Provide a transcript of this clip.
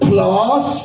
Plus